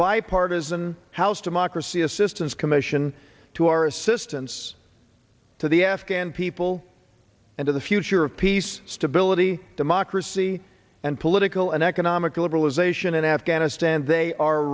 bipartisan house democracy assistance commission to our assistance to the afghan people and to the future of peace stability democracy and political and economic liberalization in afghanistan they are